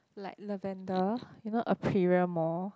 like Lavender you know Aperia mall